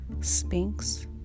sphinx